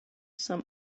some